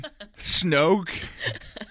snoke